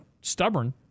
stubborn